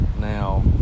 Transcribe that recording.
now